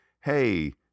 hey